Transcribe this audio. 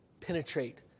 penetrate